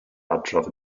adrodd